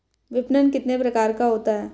विपणन कितने प्रकार का होता है?